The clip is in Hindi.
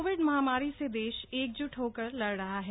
कोविड महामारी से देश एकज्ट होकर लड़ रहा है